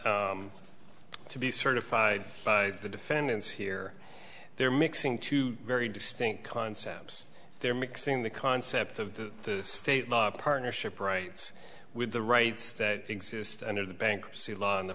to be certified by the defendants here they're mixing two very distinct concepts they're mixing the concept of the state law partnership rights with the rights that exist under the bankruptcy law on the